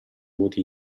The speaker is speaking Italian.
voti